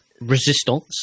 Resistance